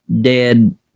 dead